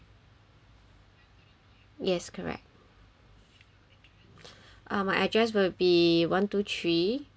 yes correct ah my address will be one two three